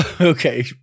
Okay